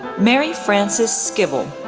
mary frances skibiel,